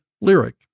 lyric